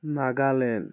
Nagaland